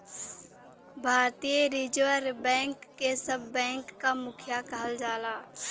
भारतीय reserve bank के सब बैंक क मुखिया कहल जाला